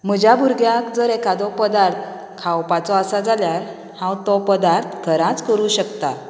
म्हज्या भुरग्याक जर एकादो पदार्थ खावपाचो आसा जाल्यार हांव तो पदार्थ घरांच करूंक शकता